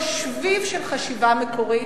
ללא שביב של חשיבה מקורית,